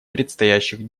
предстоящих